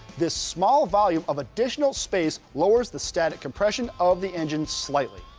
this small volume of additional space lowers the static compression of the engine slightly.